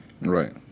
Right